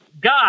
God